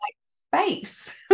space